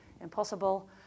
impossible